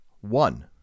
one